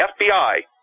FBI